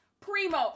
primo